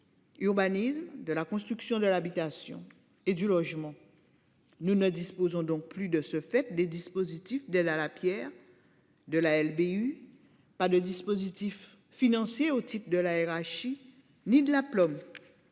Urbanisme de la construction de l'habitation et du logement. Nous ne disposons donc plus de ce fait des dispositifs d'aide à la Pierre. De la LBU. Pas de dispositif financier au titre de la RH ni de la pomme.